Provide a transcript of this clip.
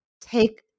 take